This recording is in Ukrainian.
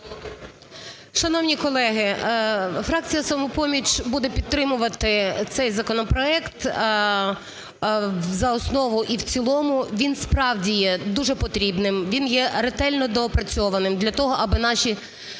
Шановні колеги, фракція "Самопоміч" буде підтримувати цей законопроект за основу і в цілому. Він, справді, є дуже потрібним, він є ретельно доопрацьованим для того, аби наші